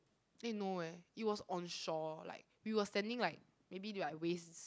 eh no eh it was on shore like we were standing like maybe like waist